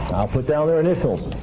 put down their initials.